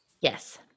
Yes